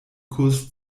kurs